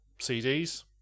CDs